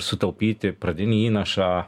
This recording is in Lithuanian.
sutaupyti pradinį įnašą